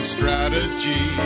Strategy